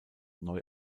neu